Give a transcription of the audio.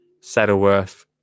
Saddleworth